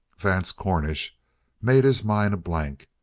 vance cornish made his mind a blank,